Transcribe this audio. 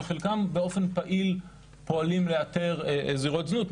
וחלקם באופן פעיל פועלים לאתר זירות זנות.